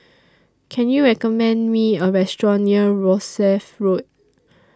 Can YOU recommend Me A Restaurant near Rosyth Road